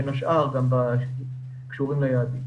בין השאר כאלה שקשורים ליעדים.